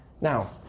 Now